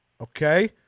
Okay